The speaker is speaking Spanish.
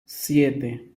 siete